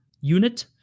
unit